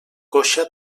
coixa